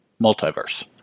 multiverse